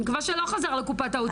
אני מקווה שהוא לא חזר לקופת האוצר.